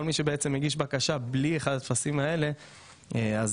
כל מי שהגיש בקשה בלי אחד הטפסים האלה --- אז